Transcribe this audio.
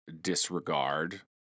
disregard